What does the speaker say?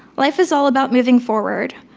life is all about moving forward,